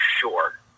sure